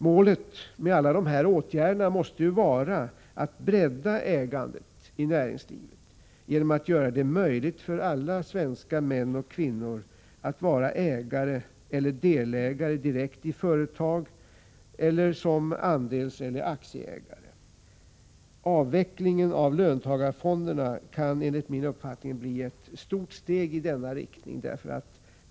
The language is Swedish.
Målet med alla dessa åtgärder måste vara att bredda ägandet i näringslivet genom att göra det möjligt för alla svenska män och kvinnor att antingen direkt vara ägare av eller delägare i företag eller också indirekt ha ett inflytande som andelseller aktieägare. Avvecklingen av löntagarfonderna kan enligt min uppfattning bli ett stort steg i denna riktning.